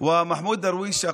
מחמוד דרוויש,